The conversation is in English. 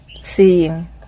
seeing